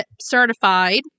certified